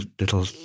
little